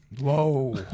Whoa